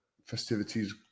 festivities